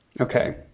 Okay